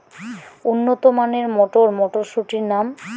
উন্নত মানের মটর মটরশুটির নাম?